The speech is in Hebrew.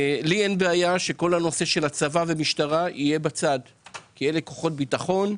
לי אין בעיה שכל הנושא של הצבא והמשטרה יהיה בצד כי אלה כוחות ביטחון,